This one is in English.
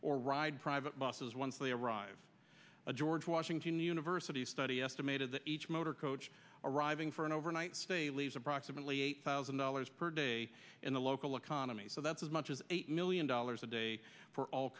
or ride private buses once they arrive a george washington university study estimated that each motor coach arriving for an overnight stay leaves approximately eight thousand dollars per day in the local economy so that's as much as eight million dollars a day for all